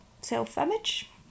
self-image